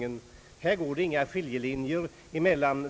Herr talman!